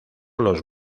los